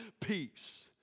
peace